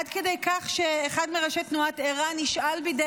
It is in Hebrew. עד כדי כך שאחד מראשי תנועת ערה נשאל בידי